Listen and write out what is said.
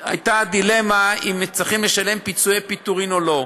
הייתה דילמה אם צריכים לשלם פיצויי פיטורים או לא,